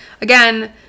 again